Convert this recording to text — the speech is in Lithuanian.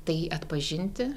tai atpažinti